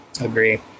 Agree